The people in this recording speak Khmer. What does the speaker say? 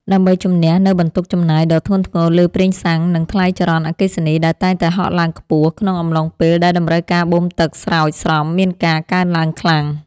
ដើម្បីជម្នះនូវបន្ទុកចំណាយដ៏ធ្ងន់ធ្ងរលើប្រេងសាំង និងថ្លៃចរន្តអគ្គិសនីដែលតែងតែហក់ឡើងខ្ពស់ក្នុងអំឡុងពេលដែលតម្រូវការបូមទឹកស្រោចស្រពមានការកើនឡើងខ្លាំង។